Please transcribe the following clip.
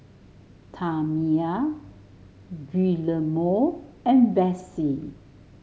Tamia Guillermo and Vessie